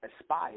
aspire